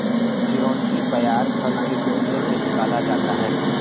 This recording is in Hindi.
चिरौंजी पयार फल के गुठली से निकाला जाता है